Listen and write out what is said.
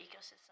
ecosystem